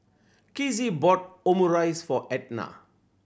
Kizzie bought Omurice for Edna